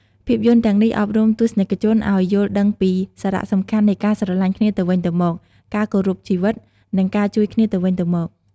ភាពយន្តទាំងនេះអប់រំទស្សនិកជនឱ្យយល់ដឹងពីសារៈសំខាន់នៃការស្រឡាញ់គ្នាទៅវិញទៅមក ការគោរពជីវិត និងការជួយគ្នាទៅវិញទៅមក។